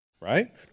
Right